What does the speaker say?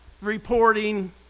reporting